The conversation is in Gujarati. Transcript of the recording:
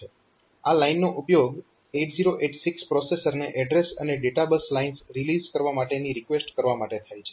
આ લાઇનનો ઉપયોગ 8086 પ્રોસેસરને એડ્રેસ અને ડેટા બસ લાઇન્સ રીલીઝ કરવા માટેની રિકવેસ્ટ કરવા માટે થાય છે